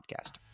Podcast